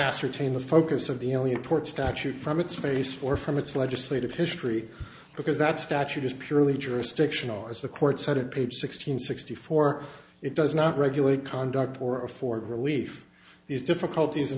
ascertain the focus of the only import statute from its face for from its legislative history because that statute is purely jurisdictional as the court cited page sixteen sixty four it does not regulate conduct or afford relief these difficulties an